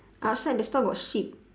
outside the store got sheep